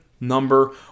number